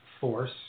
force